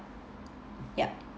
yup